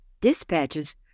Dispatches